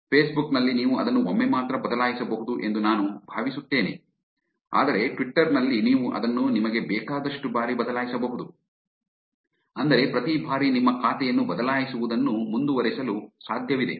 Facebook ನಲ್ಲಿ ನೀವು ಅದನ್ನು ಒಮ್ಮೆ ಮಾತ್ರ ಬದಲಾಯಿಸಬಹುದು ಎಂದು ನಾನು ಭಾವಿಸುತ್ತೇನೆ ಆದರೆ ಟ್ವಿಟರ್ ನಲ್ಲಿ ನೀವು ಅದನ್ನು ನಿಮಗೆ ಬೇಕಾದಷ್ಟು ಬಾರಿ ಬದಲಾಯಿಸಬಹುದು ಅಂದರೆ ಪ್ರತಿ ಬಾರಿ ನಿಮ್ಮ ಖಾತೆಯನ್ನು ಬದಲಾಯಿಸುವುದನ್ನು ಮುಂದುವರಿಸಲು ಸಾಧ್ಯವಿದೆ